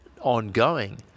ongoing